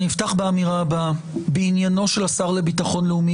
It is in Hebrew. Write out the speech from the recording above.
אני אפתח באמירה הבאה: בעניינו של השר לביטחון לאומי